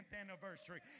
anniversary